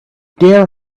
dare